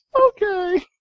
Okay